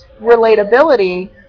relatability